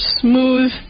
smooth